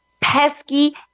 pesky